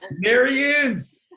there he is.